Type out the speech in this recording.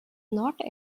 not